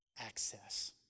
access